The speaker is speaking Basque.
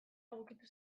egokitu